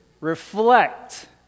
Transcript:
Reflect